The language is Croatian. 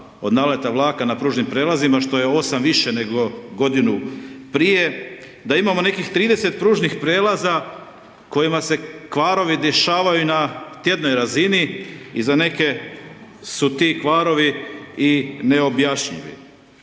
od naleta vlaka na pružnim prijelazima što je 8 više nego godinu prije, da imamo nekih 30 pružnih prijelaza kojima se kvarovi dešavaju na tjednoj razini i za neke su ti kvarovi i neobjašnjivi.